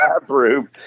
bathroom